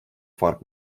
fark